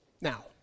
Now